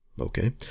Okay